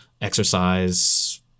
exercise